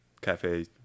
cafe